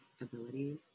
ability